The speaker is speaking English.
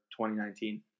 2019